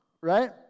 right